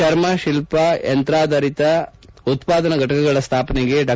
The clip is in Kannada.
ಚರ್ಮ ಶಿಲ್ಪ ಯಂತ್ರಾಧಾರಿತ ಉತ್ಪಾದನಾ ಫಟಕಗಳ ಸ್ಥಾಪನೆಗೆ ಡಾ